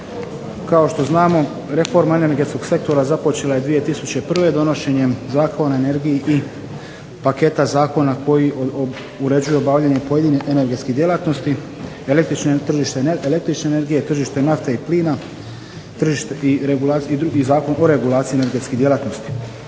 Kao što znamo reforma energetskog sektora započela je 2001. donošenjem Zakona o energiji i paketa zakona koji uređuje obavljanje pojedinih energetskih djelatnosti, električne energije, tržište nafte i plina i Zakon o regulaciji energetskih djelatnosti.